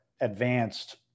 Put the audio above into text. advanced